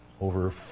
over